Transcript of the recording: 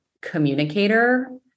communicator